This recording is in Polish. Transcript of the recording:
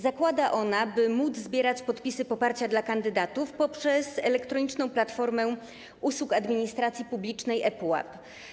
Zakłada ona możliwość zbierania podpisów poparcia dla kandydatów poprzez Elektroniczną Platformę Usług Administracji Publicznej, ePUAP.